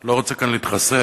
לא רוצה כאן להתחסד,